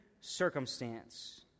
circumstance